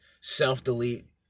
self-delete